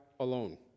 alone